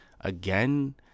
again